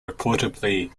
reportedly